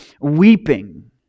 weeping